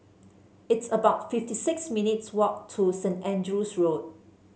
it's about fifty six minutes' walk to Saint Andrew's Road